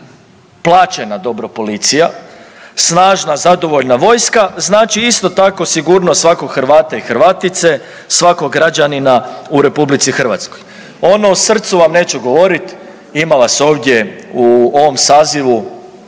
plaćena dobro policija, snažna zadovoljna vojska znači isto tako sigurnost svakog Hrvata i Hrvatice, svakog građanina u RH. Ono o srcu vam neću govorit ima vas ovdje u ovom sazivu